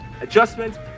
adjustments